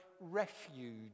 refuge